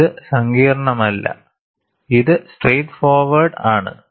ഇത് സങ്കീർണ്ണമല്ല ഇത് സ്ട്രൈയിറ്റ് ഫോർവേഡ് ആണ്